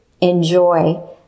Enjoy